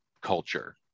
culture